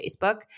Facebook